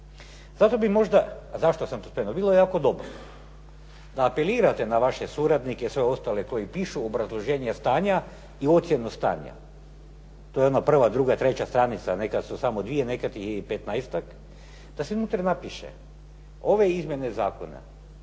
Zato bi možda, a zašto sam to spomenuo, bilo bi jako dobro da apelirate na vaše suradnike, sve ostale koji pišu obrazloženje stanja i ocjenu stanja. To je odmah prva, druga, treća stranica, nekad su samo dvije, nekad ih je i petnaestak da se unutra napiše ove izmjene zakona